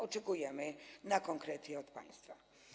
Oczekujemy na konkrety od państwa.